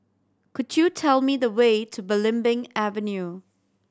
could you tell me the way to Belimbing Avenue